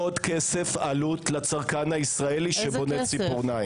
עוד עלות לצרכן הישראלי שבונה ציפורניים.